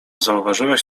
zauważyłeś